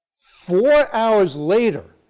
four hours later,